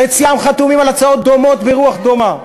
חציים חתומים על הצעות דומות ברוח דומה.